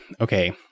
okay